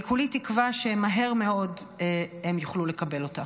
אני כולי תקווה שמהר מאוד הם יוכלו לקבל אותה.